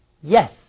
yes